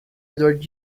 edward